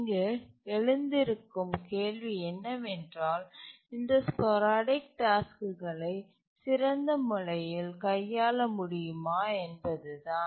இங்கு எழுந்திருக்கும் கேள்வி என்னவென்றால் இந்த ஸ்போரடிக் டாஸ்க்குகளை சிறந்த முறையில் கையாள முடியுமா என்பதுதான்